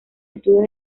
estudios